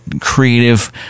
creative